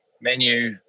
menu